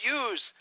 use